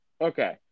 Okay